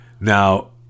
Now